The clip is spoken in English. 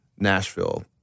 Nashville